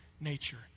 nature